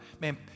man